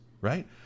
right